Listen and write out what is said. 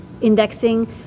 indexing